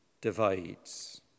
divides